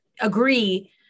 agree